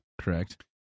correct